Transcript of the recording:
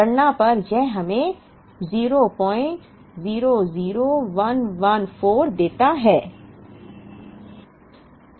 गणना पर यह हमें 000114 देता है